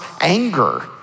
anger